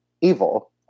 evil